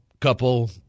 couple